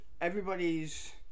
everybody's